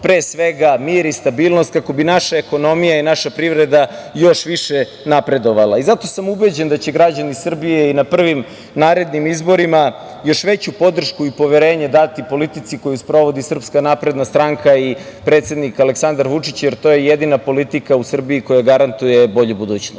sačuvamo mir i stabilnost kako bi naša ekonomija i naša privreda još više napredovala. Zato sam ubeđen da će građani Srbije na prvim narednim izborima još veću podršku i poverenje dati politici koju sprovodi SNS i predsednik Aleksandar Vučić, jer to je jedina politika u Srbiji koja garantuje bolju budućnost.